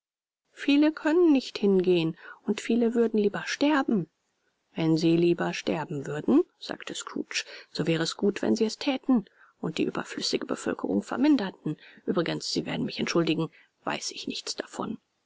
viele können nicht hingehen und viele würden lieber sterben wenn sie lieber sterben würden sagte scrooge so wäre es gut wenn sie es thäten und die überflüssige bevölkerung verminderten uebrigens sie werden mich entschuldigen weiß ich nichts davon